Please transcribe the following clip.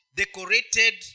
decorated